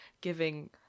giving